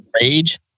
rage